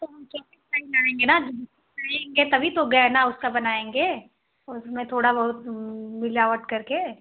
तो हम चौबीस का ही लाएँगे ना जभी लाएँगे तभी तो गहना उसका बनाएँगे उसमें थोड़ा बहुत मिलावट करके